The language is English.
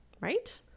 right